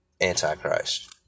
Antichrist